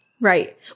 Right